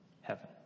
heaven